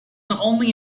only